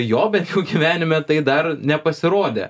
jo bent jau gyvenime tai dar nepasirodė